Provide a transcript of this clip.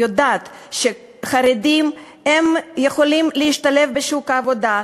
ואני יודעת שחרדים יכולים להשתלב בשוק העבודה,